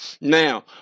Now